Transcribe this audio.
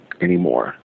anymore